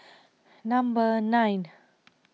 number nine